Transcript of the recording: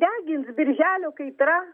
degins birželio kaitra